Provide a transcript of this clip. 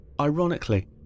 Ironically